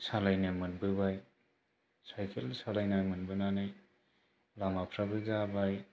सालायनो मोनबोबाय साइकेल सालायनो मोनबोनानै लामाफोराबो जाबाय